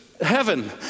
heaven